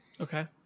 Okay